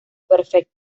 perfecto